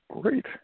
great